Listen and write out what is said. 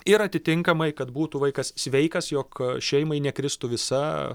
ir atitinkamai kad būtų vaikas sveikas jog šeimai nekristų visa